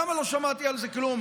למה לא שמעתי על זה כלום?